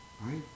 right